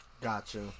Gotcha